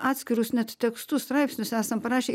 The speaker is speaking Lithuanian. atskirus net tekstus straipsnius esam parašę